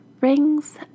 rings